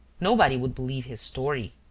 nobody would believe his story.